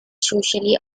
socially